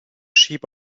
sheep